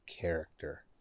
character